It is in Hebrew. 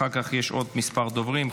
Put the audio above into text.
אחר כך יש עוד מספר דוברים.